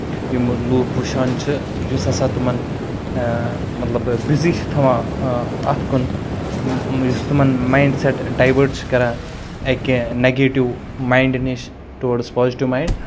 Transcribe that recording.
ییٚمہٕ لُکھ وُچھان چھِ یُس ہسا تٔمَن مطلب بِزی چھُ تھاوان اَتھ کُن یُس تٔمَن ماینڈ سیٹ ڈَیوٲٹ چھُ کران أکیاہ نَگیٹِو مَاینڈ نِش ٹُوٲڈٕس پازِٹیو مایڈ